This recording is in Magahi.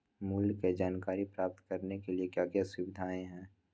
मूल्य के जानकारी प्राप्त करने के लिए क्या क्या सुविधाएं है?